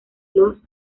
los